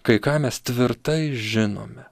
kai ką mes tvirtai žinome